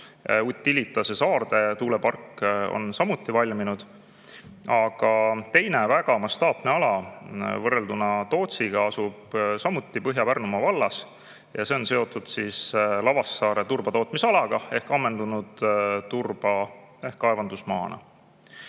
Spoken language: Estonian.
Utilitase Saarde tuulepark on samuti valminud. Teine, väga mastaapne ala võrreldes Tootsiga asub samuti Põhja-Pärnumaa vallas ja see on seotud Lavassaare turbatootmisalaga ehk ammendunud turbakaevandusmaaga.